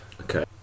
Okay